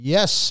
Yes